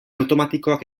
automatikoak